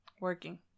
Working